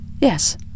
Yes